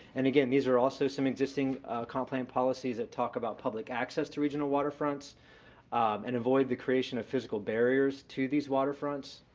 and, again, these are also some existing comp plan policies that talk about public access to regional waterfronts and avoid the creation of physical barriers to these waterfronts.